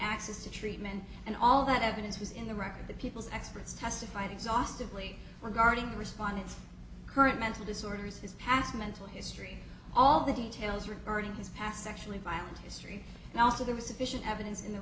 access to treatment and all that evidence was in the record that people's experts testified exhaustedly regarding respondents current mental disorders his past mental history all the details regarding his past sexually violent history and also there was sufficient evidence in the